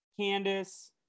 Candice